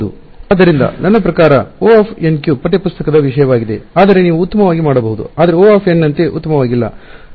ಆದ್ದರಿಂದ ನನ್ನ ಪ್ರಕಾರ O ಪಠ್ಯಪುಸ್ತಕದ ವಿಷಯವಾಗಿದೆ ಆದರೆ ನೀವು ಉತ್ತಮವಾಗಿ ಮಾಡಬಹುದು ಆದರೆ O ನಂತೆ ಉತ್ತಮವಾಗಿಲ್ಲ